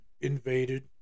invaded